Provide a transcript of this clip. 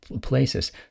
places